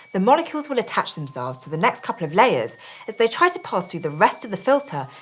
the molecules will attach themselves to the next couple of layers as they try to pass through the rest of the filter,